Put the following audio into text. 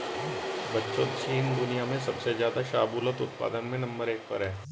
बच्चों चीन दुनिया में सबसे ज्यादा शाहबूलत उत्पादन में नंबर एक पर है